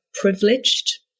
privileged